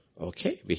Okay